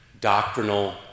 doctrinal